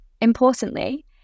Importantly